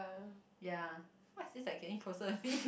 ya what is this like getting closer with me